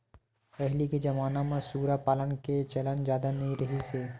पहिली के जमाना म सूरा पालन के चलन जादा नइ रिहिस हे